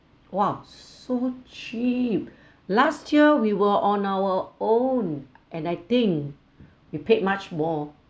!wah! so cheap last year we were on our own and I think we paid much more